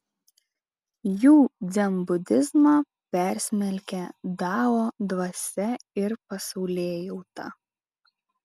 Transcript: jų dzenbudizmą persmelkia dao dvasia ir pasaulėjauta